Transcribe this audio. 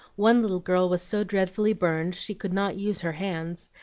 one little girl was so dreadfully burned she could not use her hands,